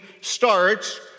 starts